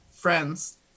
friends